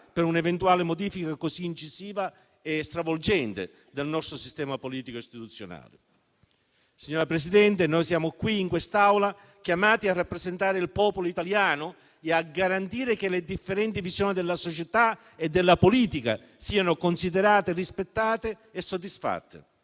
per una modifica così incisiva e stravolgente dal nostro sistema politico e istituzionale. Signora Presidente, noi siamo qui in quest'Aula chiamati a rappresentare il popolo italiano e a garantire che le differenti visioni della società e della politica siano considerate, rispettate e soddisfatte.